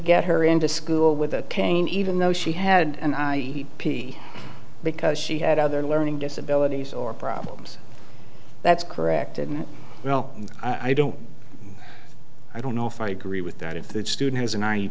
get her into school with a cane even though she had and i because she had other learning disabilities or problems that's corrected and well i don't i don't know if i agree with that if the student has